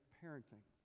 parenting